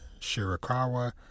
Shirakawa